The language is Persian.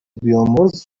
بیامرز